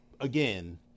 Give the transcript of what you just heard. again